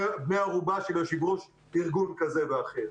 ערובה של היושב-ראש כארגון כזה או אחר.